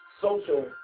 Social